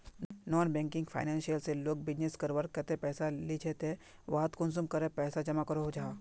Non banking financial से लोग business करवार केते पैसा लिझे ते वहात कुंसम करे पैसा जमा करो जाहा?